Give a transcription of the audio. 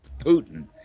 Putin